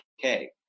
okay